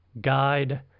guide